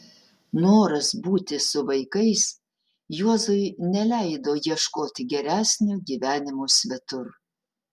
noras būti su vaikais juozui neleido ieškoti geresnio gyvenimo svetur